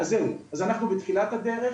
אז אנחנו בתחילת הדרך,